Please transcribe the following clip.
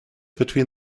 between